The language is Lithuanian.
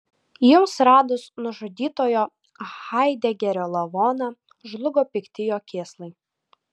jums radus nužudytojo haidegerio lavoną žlugo pikti jo kėslai